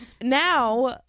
Now